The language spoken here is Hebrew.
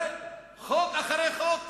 הרי חוק אחרי חוק,